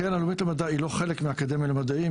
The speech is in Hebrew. הקרן הלאומית למדע היא לא חלק מהאקדמיה למדעים,